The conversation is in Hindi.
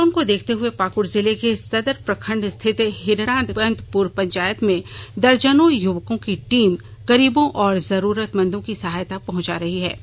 लॉकडाउन को देखते हुए पाक्ड़ जिले के सदर प्रखंड स्थित हिरानंदपुर पंचायत में दर्जनों युवकों की टीम गरीबों और जरूरतमंदों को सहायता पहुंचा रही है